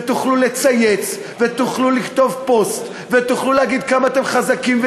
ותוכלו לצייץ ותוכלו לכתוב פוסט ותוכלו להגיד כמה אתם חזקים וגיבורים.